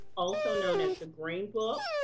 also known as the green book,